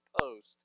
Post